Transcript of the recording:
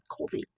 COVID